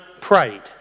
prayed